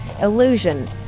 Illusion